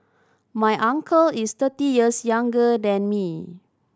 my uncle is thirty years younger than me